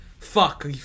fuck